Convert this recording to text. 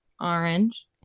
Orange